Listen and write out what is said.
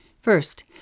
First